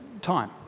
time